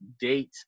date